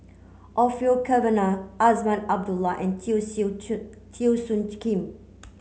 Orfeur Cavenagh Azman Abdullah and Teo Soon Teo Soon Kim